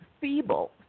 feeble